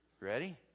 Ready